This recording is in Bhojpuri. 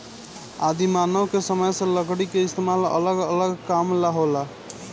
आदि मानव के समय से लकड़ी के इस्तेमाल अलग अलग काम ला होला